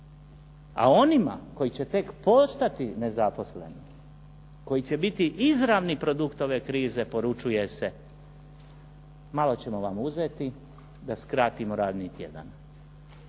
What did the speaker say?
A onima koji će tek postati nezaposleni, koji će biti izravni produkt ove krize poručuje se malo ćemo vam uzeti da skratimo radni tjedan.